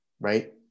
right